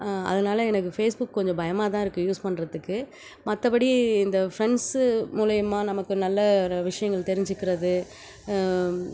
அதனால எனக்கு ஃபேஸ்புக் கொஞ்சம் பயமாக தான் இருக்கு யூஸ் பண்ணுறதுக்கு மற்றபடி இந்த ஃப்ரெண்ட்ஸு மூலியமாக நமக்கு நல்ல ஒரு விஷயங்கள் தெரிஞ்சுக்கிறது